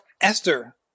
Esther